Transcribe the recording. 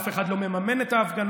אף אחד לא מממן את ההפגנות.